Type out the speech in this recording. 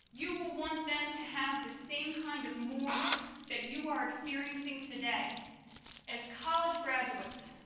you will want them to have the same kind of more that you are experiencing today as college graduates,